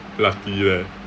lucky leh